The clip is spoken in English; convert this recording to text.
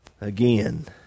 Again